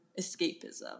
escapism